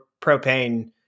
propane